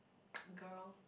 girl